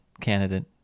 candidate